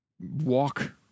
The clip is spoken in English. walk